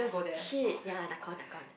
shit ya Nakhon Nakhon